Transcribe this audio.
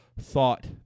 thought